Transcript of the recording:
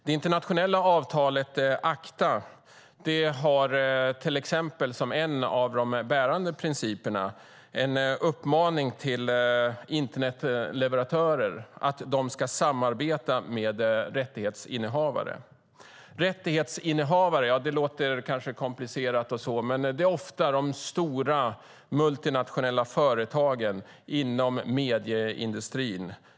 Det internationella avtalet ACTA har till exempel som en av de bärande principerna en uppmaning till internetleverantörer att de ska samarbeta med rättighetsinnehavare. Rättighetsinnehavare låter kanske komplicerat, men det är ofta de stora multinationella företagen inom medieindustrin.